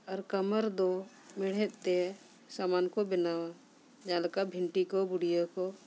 ᱟᱨ ᱠᱟᱢᱟᱨ ᱫᱚ ᱢᱮᱬᱦᱮᱫ ᱛᱮ ᱥᱟᱢᱟᱱ ᱠᱚ ᱵᱮᱱᱟᱣᱟ ᱡᱟᱦᱟᱸᱞᱮᱠᱟ ᱵᱷᱤᱱᱴᱤ ᱠᱚ ᱵᱩᱰᱤᱭᱟᱹ ᱠᱚ